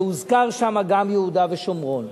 והוזכר שמה גם, יהודה ושומרון.